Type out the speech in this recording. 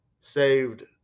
saved